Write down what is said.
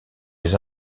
les